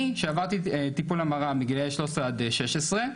אני שעברתי טיפול המרה מגיל 13-16,